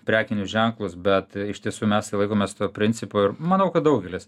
prekinius ženklus bet iš tiesų mes tai laikomės to principo ir manau kad daugelis